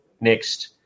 next